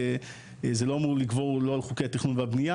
זה לא אמור לגבור על חוק התכנון והבנייה